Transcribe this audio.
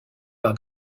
par